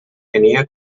tenia